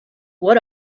what